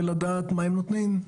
ולדעת מה הם נותנים?